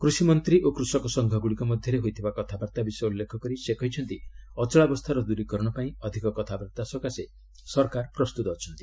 କୃଷି ମନ୍ତ୍ରୀ ଓ କୃଷକ ସଂଘ ଗୁଡ଼ିକ ମଧ୍ୟରେ ହୋଇଥିବା କଥାବାର୍ତ୍ତା ବିଷୟ ଉଲ୍ଲେଖ କରି ସେ କହିଛନ୍ତି ଅଚଳାବସ୍ଥାର ଦୂରୀକରଣ ପାଇଁ ଅଧିକ କଥାବାର୍ତ୍ତା ସକାଶେ ସରକାର ପ୍ରସ୍ତୁତ ଅଛନ୍ତି